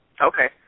Okay